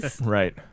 Right